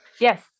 Yes